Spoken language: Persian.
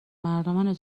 مردمان